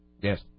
Yes